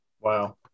Wow